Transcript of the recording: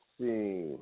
see